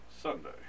sunday